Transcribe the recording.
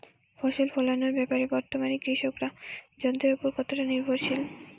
ফসল ফলানোর ব্যাপারে বর্তমানে কৃষকরা যন্ত্রের উপর কতটা নির্ভরশীল?